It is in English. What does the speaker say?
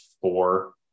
four